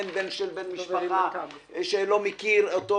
בן של בן משפחה ואת השימוש